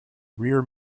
rear